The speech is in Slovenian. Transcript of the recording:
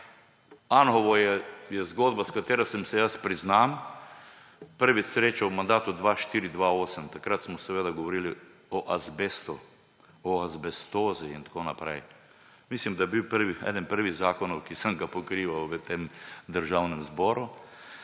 Anhovo je zgodba, s katero sem se jaz, priznam, prvič srečal v mandatu 2004−2008. Takrat smo govorili o azbestu, o azbestozi in tako naprej. Mislim, da je bil eden prvih zakonov, ki sem ga pokrival v tem državnem zboru.